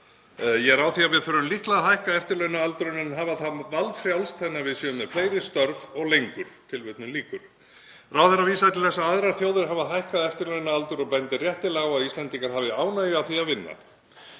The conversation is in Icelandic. Ég er á því að við þurfum líklega að hækka eftirlaunaaldurinn, hafa það valfrjálst þannig að við séum með fleiri störf og lengur.“ Ráðherrann vísaði til þess að aðrar þjóðir hafi hækkað eftirlaunaaldur og bendir réttilega á að Íslendingar hafi ánægju af því að vinna.